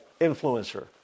influencer